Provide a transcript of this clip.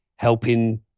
Helping